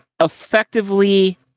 effectively